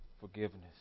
forgiveness